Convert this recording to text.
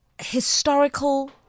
historical